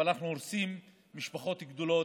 אבל אנחנו הורסים משפחות גדולות,